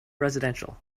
residential